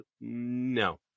No